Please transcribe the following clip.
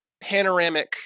panoramic